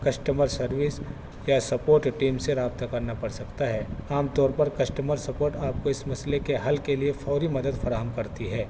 customer service یا support team سے رابطہ کرنا پڑ سکتا ہے عام طور پر کسٹمر سپورٹ آپ کو اس مسئلے کے حل کے لیے فوری مدد فراہم کرتی ہے